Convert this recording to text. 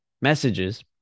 messages